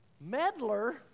Meddler